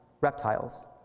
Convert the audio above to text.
reptiles